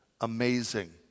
amazing